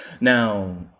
Now